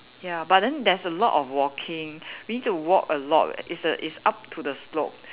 ya but then there's a lot walking we need to walk a lot it's err it's up to the slope